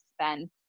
spent